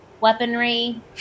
weaponry